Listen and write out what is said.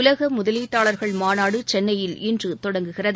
உலக முதலீட்டாளர்கள் மாநாடு சென்னையில் இன்று தொடங்குகிறது